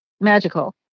magical